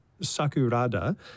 Sakurada